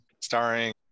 starring